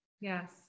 yes